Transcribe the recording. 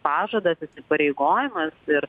pažadas įsipareigojimas ir